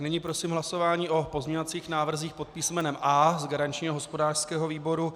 Nyní prosím o hlasování o pozměňovacích návrzích pod písmenem A z garančního hospodářského výboru.